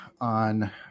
on